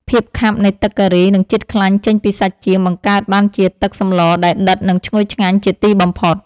ភាពខាប់នៃទឹកការីនិងជាតិខ្លាញ់ចេញពីសាច់ចៀមបង្កើតបានជាទឹកសម្លដែលដិតនិងឈ្ងុយឆ្ងាញ់ជាទីបំផុត។